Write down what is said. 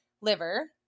liver